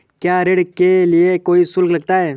क्या ऋण के लिए कोई शुल्क लगता है?